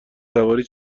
سواری